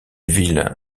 ville